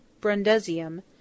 Brundusium